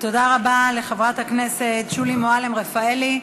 תודה רבה לחברת הכנסת שולי מועלם-רפאלי.